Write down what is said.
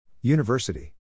University